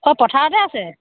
অ' পথাৰতে আছে